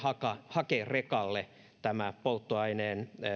hakerekalle tämä polttoaineen